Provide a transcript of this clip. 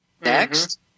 next